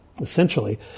essentially